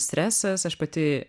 stresas aš pati